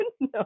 No